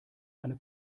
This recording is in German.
eine